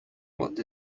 what